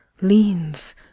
leans